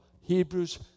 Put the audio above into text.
Hebrews